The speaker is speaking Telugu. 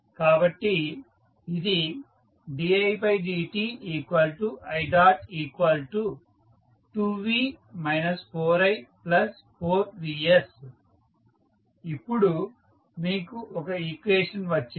కాబట్టి ఇది didti2v 4i 4vs ఇప్పుడు మీకు ఒక ఈక్వేషన్ వచ్చింది